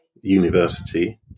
university